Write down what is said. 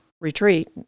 retreat